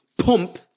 pump